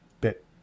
bit